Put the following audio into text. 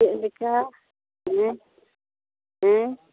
ᱪᱮᱫ ᱞᱮᱠᱟ ᱦᱮᱸ ᱦᱮᱸ